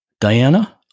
Diana